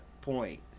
point